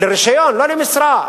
לרשיון ולא למשרה.